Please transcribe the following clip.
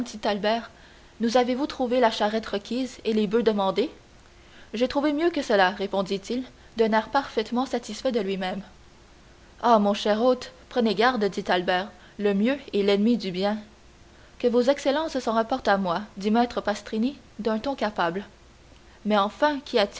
nous avez-vous trouvé la charrette requise et les boeufs demandés j'ai trouvé mieux que cela répondit-il d'un air parfaitement satisfait de lui-même ah mon cher hôte prenez garde dit albert le mieux est l'ennemi du bien que vos excellences s'en rapportent à moi dit maître pastrini d'un ton capable mais enfin qu'y